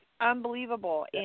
unbelievable